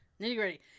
Nitty-gritty